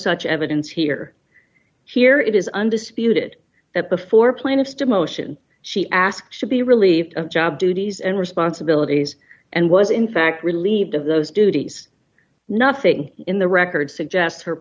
such evidence here here it is undisputed that before plaintiff's demotion she asked to be relieved of job duties and responsibilities and was in fact relieved of those duties nothing in the record suggests her